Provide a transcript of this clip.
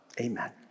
amen